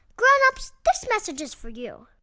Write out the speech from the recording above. grown-ups, this message is for you